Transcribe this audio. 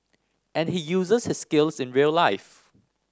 and he uses his skills in real life